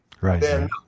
Right